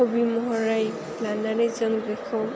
हबि महरै लानानै जों बेखौ